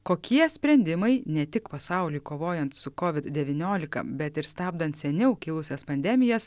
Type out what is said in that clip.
kokie sprendimai ne tik pasauliui kovojant su kovid devyniolika bet ir stabdant seniau kilusias pandemijas